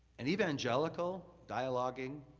an evangelical dialoguing